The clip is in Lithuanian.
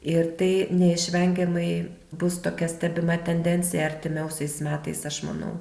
ir tai neišvengiamai bus tokia stebima tendencija artimiausiais metais aš manau